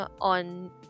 on